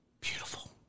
Beautiful